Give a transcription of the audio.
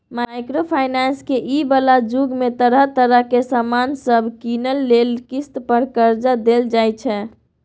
micro finance के इ बला जुग में तरह तरह के सामान सब कीनइ लेल किस्त पर कर्जा देल जाइ छै